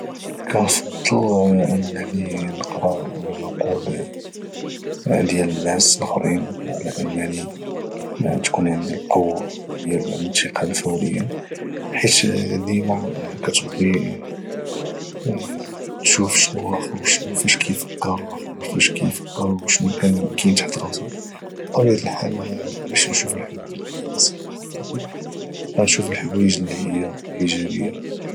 كنفضل انني نقرا العقرول ديال الناس لخرين على انني تكون عندي القوة ديال الإنتقال فوريا حيت ديما كتبغي شنو لخور شنو فاش كيفكر لخور فاش كيفكر وشنو كاين تحت راسو بطبيعة الحال مغاديش نشوف الحوايج اللي هي سلبية ولكن غنشوف الحوايج اللي هي اجابية